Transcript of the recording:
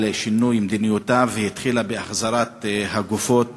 שינוי מדיניותה והתחילה בהחזרת הגופות